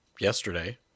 yesterday